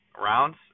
rounds